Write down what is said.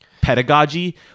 pedagogy